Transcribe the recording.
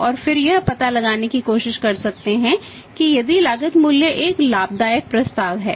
और फिर यह पता लगाने की कोशिश कर सकते हैं कि यदि लागत मूल्य एक लाभदायक प्रस्ताव है